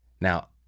now